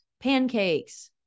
pancakes